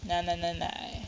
nah nah nah nai